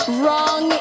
wrong